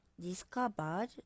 discovered